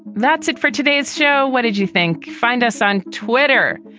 that's it for today's show. what did you think? find us on twitter.